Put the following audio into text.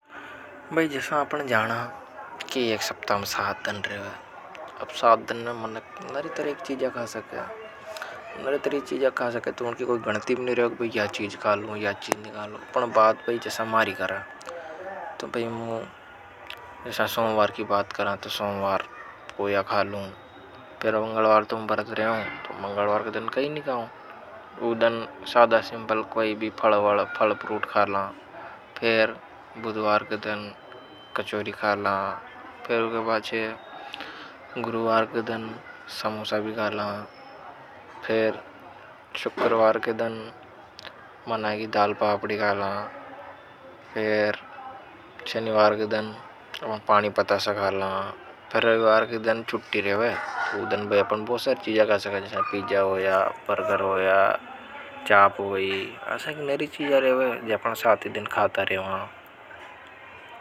भाई जैसा आपने जाना कि एक सप्ताह हम सात दन रेवे अब सात दन मैं मनक नरी तरह की चीज़ा खा सकया, नरीतर एक चीज़ा खा सकया। तो उनकी कोई गनती भी नहीं रहो कि यह चीज़ खा लूँ, यह चीज़ नहीं खा लूँ। पर बाद भाई जैसा मारी करा, तो भई मु। जसा सोमवार की बात करा तो सोमवार पोया खा लू फेर मंगलवार तो बरत रेव। तो मंगलवार के दन कई नी खाव। फेर बुधवार के दन कचौरी खा ल फेर ऊके पचे गुरुवार के दन समोसा भी खा ला लुं। फिर शुक्रवार के दिन मना दाल पापरी खाला फिर शनिवार के दिन पानी पता सब्सराल पर। रविवार के दिन, दिन बहुत बोसर चीजे का सकते हैं पीजा हुआ परगर्व या चाप हुई असाइ नरि चीजा खा सका।